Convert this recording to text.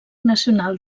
nacional